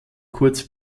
kurz